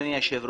אדוני היושב,